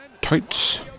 tights